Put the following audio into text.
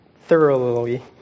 Thoroughly